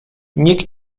nikt